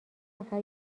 نفر